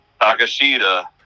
Takashita